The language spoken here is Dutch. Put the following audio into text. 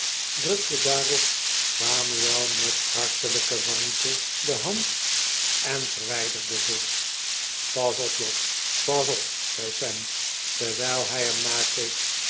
drukte daarop samuel met hartelijke warmte de hand en verwijderde zich pas op job pas op zei sam terwijl hij hem